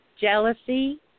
jealousy